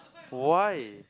why